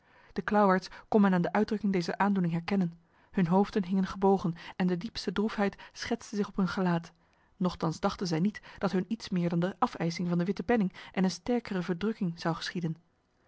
de klauwaards kon men aan de uitdrukking dezer aandoening herkennen hun hoofden hingen gebogen en de diepste droefheid schetste zich op hun gelaat nochtans dachten zij niet dat hun iets meer dan de afeising van de witte penning en een sterkere verdrukking zou geschieden